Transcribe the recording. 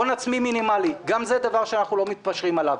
הון עצמי מינימלי גם זה דבר שאנחנו לא מתפשרים עליו,